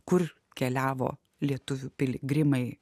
kur keliavo lietuvių piligrimai